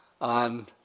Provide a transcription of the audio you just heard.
on